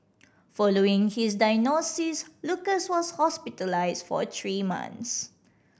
following his diagnosis Lucas was hospitalised for three months